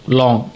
long